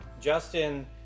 Justin